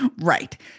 Right